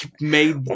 made